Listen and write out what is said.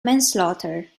manslaughter